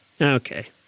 Okay